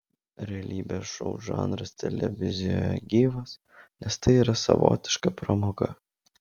realybės šou žanras televizijoje gyvas nes tai yra savotiška pramoga